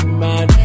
man